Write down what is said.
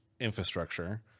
infrastructure